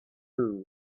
who